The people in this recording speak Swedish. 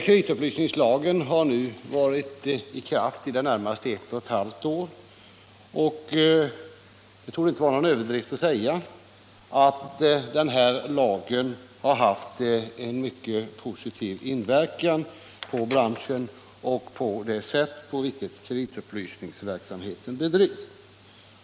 Kreditupplysningslagen har nu varit i kraft i snart ett och ett halvt år, och det torde inte vara någon överdrift att påstå att lagen haft en mycket positiv inverkan på branschen och på det sätt på vilket kreditupplysningsverksamheten bedrivs.